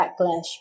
backlash